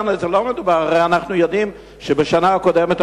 הרי אנחנו יודעים שבשנה הקודמת,